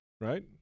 Right